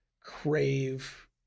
crave